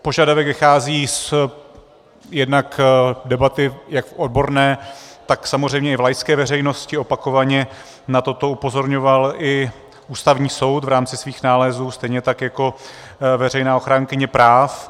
Požadavek vychází jednak z debaty jak odborné, tak samozřejmě i laické veřejnosti, opakovaně na toto upozorňoval i Ústavní soud v rámci svých nálezů, stejně tak jako veřejná ochránkyně práv.